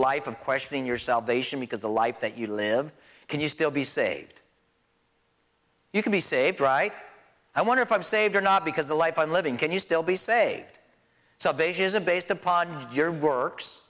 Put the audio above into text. life of questioning your salvation because the life that you live can you still be saved you can be saved right i wonder if i'm saved or not because the life i'm living can you still be saved subbase is a based upon your works